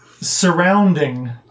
surrounding